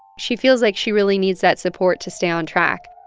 she feels like she really needs that support to stay on track.